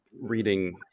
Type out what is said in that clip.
reading